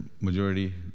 majority